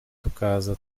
tukaza